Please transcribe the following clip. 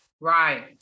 right